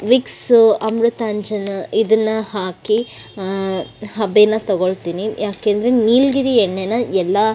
Vicks Amrutanjan ಇದನ್ನು ಹಾಕಿ ಹಬೆಯ ತೊಗೊಳ್ತೀನಿ ಯಾಕೆ ಅಂದರೆ ನೀಲಗಿರಿ ಎಣ್ಣೆನ ಎಲ್ಲ